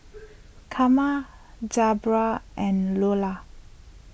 Karma Debbra and Lolla